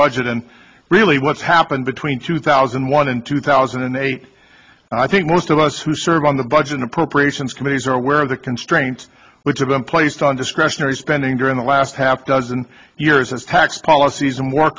budget and really what's happened between two thousand and one and two thousand and eight and i think most of us who serve on the budget appropriations committees are aware of the constraints which have been placed on discretionary spending during the last half dozen years as tax policies and more